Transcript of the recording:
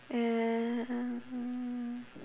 um